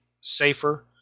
safer